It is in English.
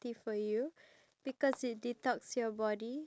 oh ya I know